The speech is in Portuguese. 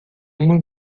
uma